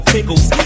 Pickles